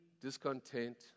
discontent